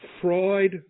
fried